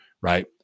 right